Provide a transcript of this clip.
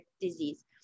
disease